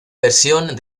versión